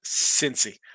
Cincy